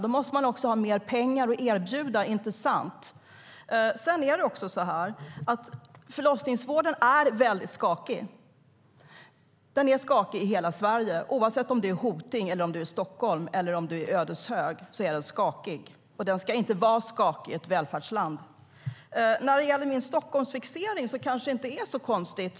Då måste man ha mer pengar att erbjuda, inte sant? Min Stockholmsfixering är kanske inte så konstig.